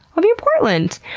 i'll be in portland!